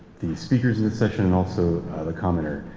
the speakers in this session and also the commenter.